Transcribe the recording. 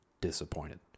Disappointed